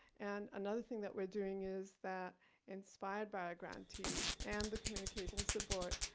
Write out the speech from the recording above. and another thing that we're doing is that inspired by our grantees and the communication support,